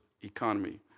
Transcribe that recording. economy